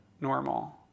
normal